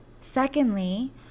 Secondly